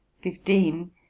fifteen